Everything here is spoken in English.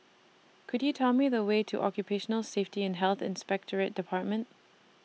Could YOU Tell Me The Way to Occupational Safety and Health Inspectorate department